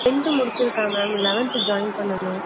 tenth முடிச்சுருக்கான் ma'am eleventh join பண்ணணும்